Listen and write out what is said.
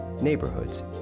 neighborhoods